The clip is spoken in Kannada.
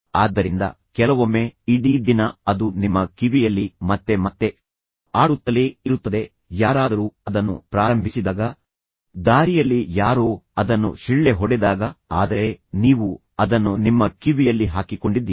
ಆದ್ದರಿಂದ ಕೆಲವೊಮ್ಮೆ ಇಡೀ ದಿನ ಅದು ನಿಮ್ಮ ಕಿವಿಯಲ್ಲಿ ಮತ್ತೆ ಮತ್ತೆ ಆಡುತ್ತಲೇ ಇರುತ್ತದೆ ಯಾರಾದರೂ ಅದನ್ನು ಪ್ರಾರಂಭಿಸಿದಾಗ ದಾರಿಯಲ್ಲಿ ಯಾರೋ ಅದನ್ನು ಶಿಳ್ಳೆ ಹೊಡೆದಾಗ ಆದರೆ ನೀವು ಅದನ್ನು ನಿಮ್ಮ ಕಿವಿಯಲ್ಲಿ ಹಾಕಿಕೊಂಡಿದ್ದೀರಿ